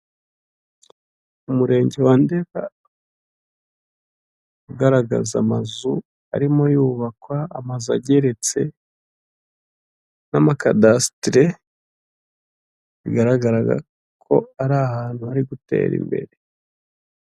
Umurenge wa Ndera ugaragaza amazu arimo yubakwa, amazu ageretse n'amakadasitire. Bigaragaraga ko ari ahantu hari gutera imbere.